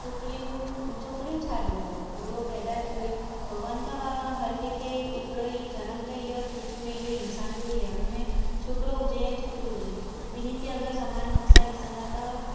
छोकिरियुनि छोकिरियुनि छा ॾोह कयो हूअ पैदा थियूं आहिनि भगवान त हा हर कंहिंखे हिकिड़ो ई जनम त इहो पृथ्वी में इहो इन्सानु ई आहे हुनमें छोकिरो हुजे या छोकिरी हुजे ॿिनिनि खे अगरि समान हक़ सां ॾिसंदा त